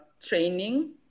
training